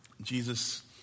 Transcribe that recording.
Jesus